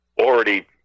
already